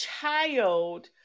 child